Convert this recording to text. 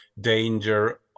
danger